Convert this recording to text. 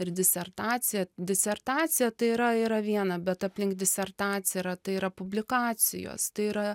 ir disertaciją disertacija tai yra yra viena bet aplink disertacija yra tai yra publikacijos tai yra